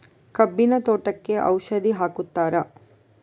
ಕಬ್ಬಿನ ತೋಟಕ್ಕೆ ಔಷಧಿ ಹಾಕುತ್ತಾರಾ?